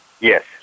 Yes